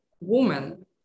woman